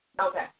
Okay